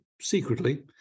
secretly